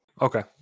Okay